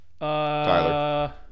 Tyler